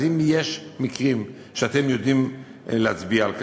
אז אם יש מקרים שאתם יודעים להצביע עליהם,